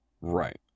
Right